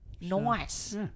Nice